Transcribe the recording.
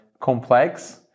complex